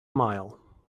mile